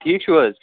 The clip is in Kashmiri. ٹھیٖک چھُو حظ